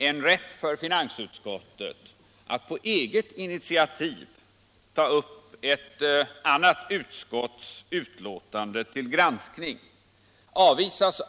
En rätt för finansutskottet att på eget initiativ ta upp ett annat utskotts utlåtande till granskning avvisas